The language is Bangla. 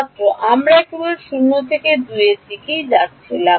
ছাত্র আমরা কেবল 0 বা 2 2থেকে যাচ্ছিলাম